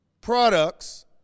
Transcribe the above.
products